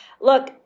Look